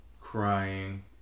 crying